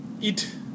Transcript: eat